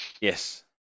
Yes